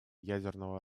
ядерного